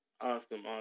Awesome